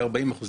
כ-40 אחוז,